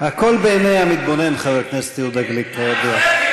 הכול בעיני המתבונן, חבר הכנסת יהודה גליק, כידוע.